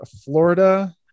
Florida